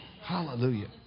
Hallelujah